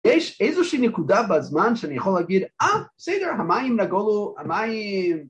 יש איזושהי נקודה בזמן שאני יכול להגיד אה בסדר המים נגולו המים